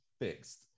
fixed